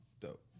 dope